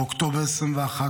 באוקטובר 2021,